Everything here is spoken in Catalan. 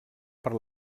per